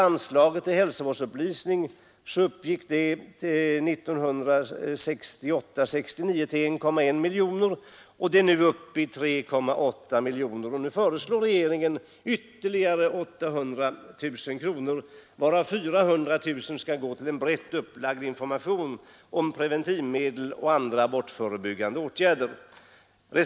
Anslaget till hälsovårdsupplysning uppgick 1968/69 till 1,1 miljoner och är nu uppe i 3,8 miljoner, och nu föreslår regeringen ytterligare 800 000 kronor, varav 400 000 kronor skall gå till en brett upplagd information om preventivmedel och abortförebyggande åtgärder.